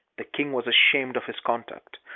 the king was ashamed of his conduct.